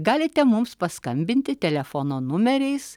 galite mums paskambinti telefono numeriais